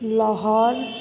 Lahore